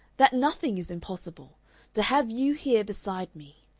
that nothing is impossible to have you here beside me.